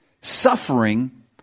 Suffering